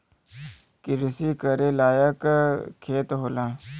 किरसी करे लायक खेत होला